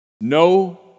No